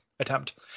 attempt